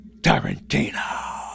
Tarantino